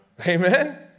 Amen